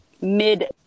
mid